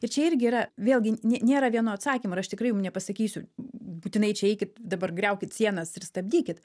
ir čia irgi yra vėlgi nė nėra vieno atsakymo ir aš tikrai jum nepasakysiu būtinai čia eikit dabar griaukit sienas ir stabdykit